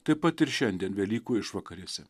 taip pat ir šiandien velykų išvakarėse